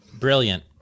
Brilliant